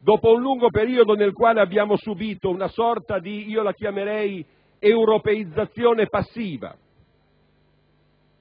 dopo un lungo periodo nel quale abbiamo subito una sorta di europeizzazione passiva: